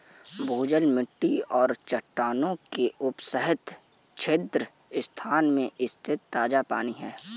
भूजल मिट्टी और चट्टानों के उपसतह छिद्र स्थान में स्थित ताजा पानी है